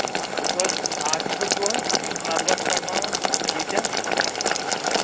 تُہۍ چھِو حظ آسِم صٲب چھِو حظ یِم نَدوہ چھِ پرناوان ٹھیٖک چھا